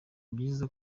byiza